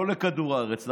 לא לכדור הארץ,